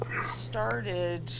started